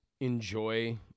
enjoy